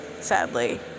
sadly